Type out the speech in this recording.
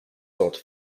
sort